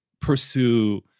pursue